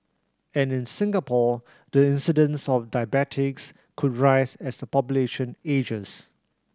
and in Singapore the incidence of diabetes could rise as the population ages